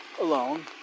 alone